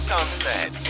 Sunset